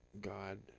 god